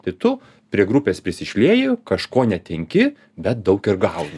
tai tu prie grupės prisišlieji kažko netenki bet daug ir gauni